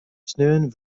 sneon